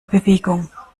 bewegung